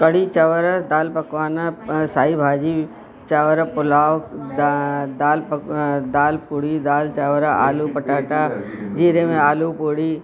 कढ़ी चांवर दाल पकवान साई भाॼी चांवर पुलाव दा दाल पक दाल पूड़ी दाल चावर आलू पटाटा जीरे में आलू पूड़ी